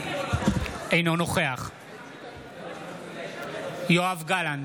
אינו נוכח יואב גלנט,